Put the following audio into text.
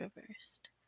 reversed